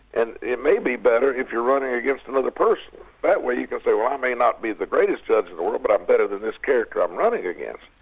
and it may be better if you're running against another person that way you can say, well i may not be the greatest judge in the world, but i'm better than this character i'm running against.